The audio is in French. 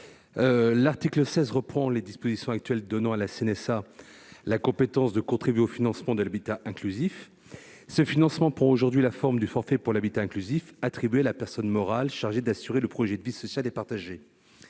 L'article 16 reprend les dispositions actuelles donnant à la CNSA la compétence de contribuer au financement de l'habitat inclusif. Ce financement prend aujourd'hui la forme du forfait pour l'habitat inclusif, attribué à la personne morale chargée d'assurer le projet de vie sociale et partagée.